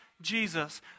Jesus